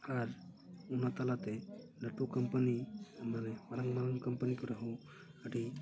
ᱟᱨ ᱚᱱᱟ ᱛᱟᱞᱟᱛᱮ ᱞᱟ ᱴᱩ ᱠᱳᱢᱯᱟᱱᱤ ᱢᱟᱱᱮ ᱢᱟᱨᱟᱝ ᱢᱟᱨᱟᱝ ᱠᱳᱢᱯᱟᱱᱤ ᱠᱚᱨᱮ ᱦᱚᱸ ᱟᱹᱰᱤ